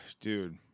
dude